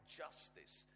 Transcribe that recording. justice